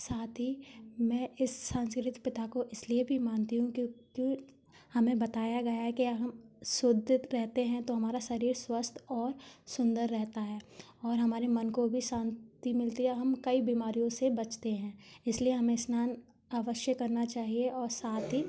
साथ ही मैं इस सांस्कृतिक पिता को इसलिए भी मानती हूँ क्यों की हमें बताया गया है कि हम शुद्दित रहते हैं तो हमारा शरीर स्वस्थ और सुंदर रहता है और हमारे मन को भी शांति मिलती है हम कई बीमारियों से बचते हैं इसलिए हमें स्नान अवश्य करना चाहिए और साथ ही